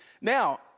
now